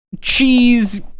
cheese